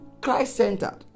Christ-centered